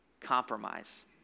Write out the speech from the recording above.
compromise